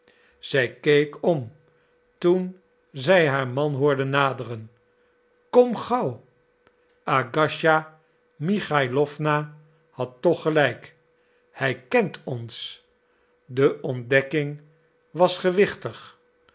zij keek om toen zij haar man hoorde naderen kom gauw agasija michailowna had toch gelijk hij kent ons de ontdekking was gewichtig